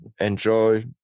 enjoy